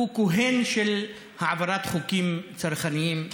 הוא כהן של העברת חוקים צרכניים וחשובים.